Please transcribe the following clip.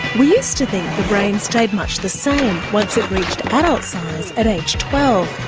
we used to think the brain stayed much the same once it reached adult size at age twelve.